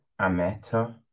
Ameta